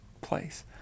place